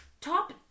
top